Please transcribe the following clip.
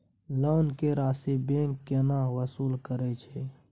Loan के राशि bank केना वसूल करे छै?